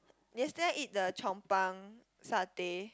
yesterday I eat the Chong-Pang satay